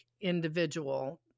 individual